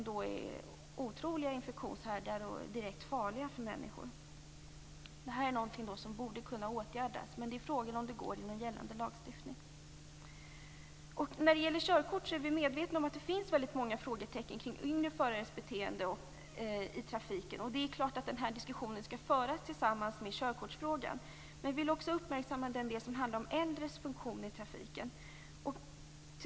De är otroliga infektionshärdar och direkt farliga för människor. Det är någonting som borde kunna åtgärdas, men frågan är om det går inom gällande lagstiftning. När det gäller körkort är vi medvetna om att det finns många frågetecken kring yngre förares beteende i trafiken. Det är klart att den diskussionen skall föras i samband med körkortsfrågan. Vi vill också uppmärksamma den del som handlar om äldres funktion i trafiken.